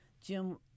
Jim